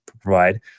provide